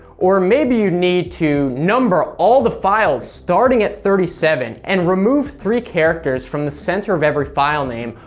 or maybe you need to number all the files starting at thirty seven, and remove three characters from the center of every file name,